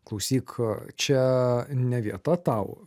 klausyk čia ne vieta tau